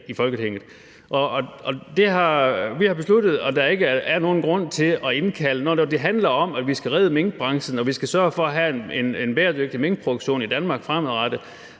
Vi har besluttet, at der ikke er nogen grund til det. Når det handler om, at vi skal redde minkbranchen og sørge for at have en bæredygtig minkproduktion i Danmark fremadrettet,